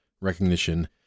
Recognition